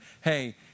Hey